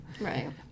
Right